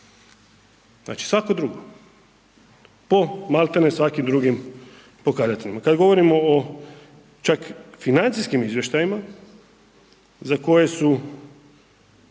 Znači svako drugo, po maltene svakim drugim pokazateljima. Kad govorimo o čak financijskim izvještajima za koje su